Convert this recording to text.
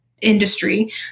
industry